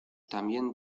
también